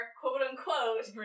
quote-unquote